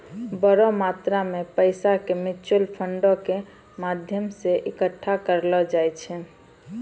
बड़ो मात्रा मे पैसा के म्यूचुअल फंडो के माध्यमो से एक्कठा सेहो करलो जाय छै